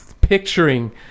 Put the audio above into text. picturing